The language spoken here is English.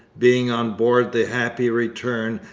being on board the happy return,